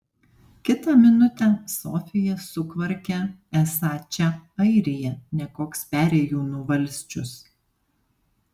kitą minutę sofija sukvarkia esą čia airija ne koks perėjūnų valsčius